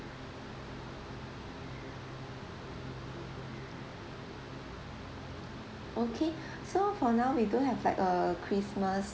okay so for now we do have like a christmas